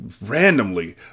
randomly